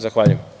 Zahvaljujem.